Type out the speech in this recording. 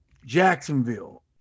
Jacksonville